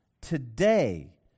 today